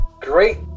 great